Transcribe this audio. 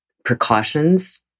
precautions